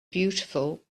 beautiful